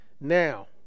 now